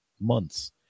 months